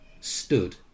stood